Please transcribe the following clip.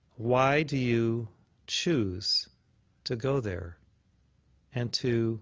why do you choose to go there and to